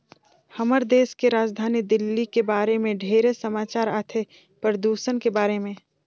हमर देश के राजधानी दिल्ली के बारे मे ढेरे समाचार आथे, परदूषन के बारे में